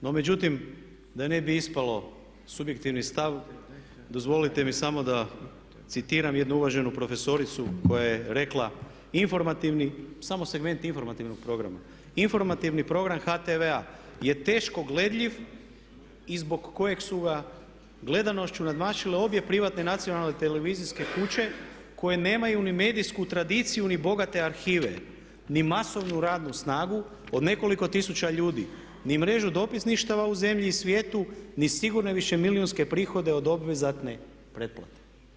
No međutim, da ne bi ispalo subjektivni stav, dozvolite mi samo da citiram jednu uvaženu profesoricu koja je rekla, informativni, samo segment informativnog programa, informativni program HTV-a je teško gledljiv i zbog kojeg su ga gledanošću nadmašile obje privatne i nacionale televizijske kuće koje nemaju ni medijsku tradiciju ni bogate arhive, ni masovnu radnu snagu od nekoliko tisuća ljudi, ni mrežu dopisništava u zemlji i svijetu, ni sigurne višemilijunske prihode od obvezatne pretplate.